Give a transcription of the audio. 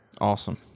Awesome